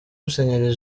musenyeri